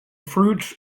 fruits